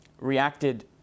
reacted